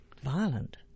violent